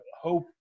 hope